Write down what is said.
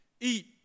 Eat